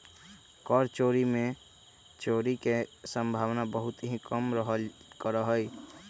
कर चोरी में चोरी के सम्भावना बहुत ही कम रहल करा हई